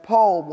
Paul